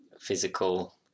physical